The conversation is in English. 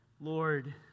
Lord